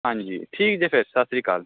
ਹਾਂਜੀ ਠੀਕ ਜੇ ਫਿਰ ਸਤਿ ਸ਼੍ਰੀ ਅਕਾਲ